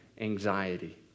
anxiety